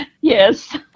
Yes